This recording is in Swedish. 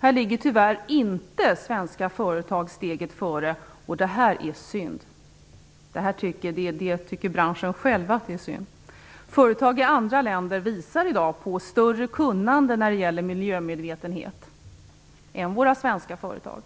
Här ligger tyvärr inte svenska företag steget före, och det tycker branschen själv är synd. Företag i andra länder visar i dag på större kunnande när det gäller miljömedvetenhet än våra svenska företag.